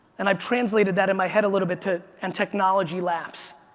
and i've translated that in my head a little bit to and technology laughs.